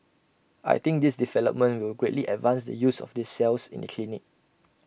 I think this development will greatly advance the use of these cells in the clinic